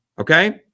Okay